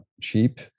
cheap